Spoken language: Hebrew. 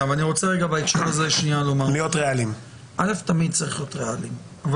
הזה אני רוצה לומר שתמיד צריך להיות ריאליים אבל